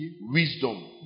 wisdom